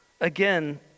Again